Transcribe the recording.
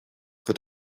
wird